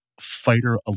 fighter